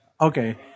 Okay